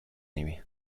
nimi